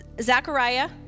Zechariah